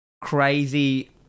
crazy